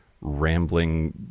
rambling